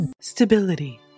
Stability